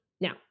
Now